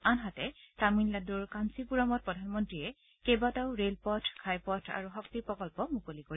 আনহাতে তামিলনাডুৰ কাঞ্চিপূৰমত প্ৰধানমন্ত্ৰীয়ে কেইবাটাও ৰেলপথ ঘাইপথ আৰু শক্তি প্ৰকন্ম মুকলি কৰিব